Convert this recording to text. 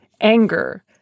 anger